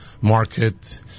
market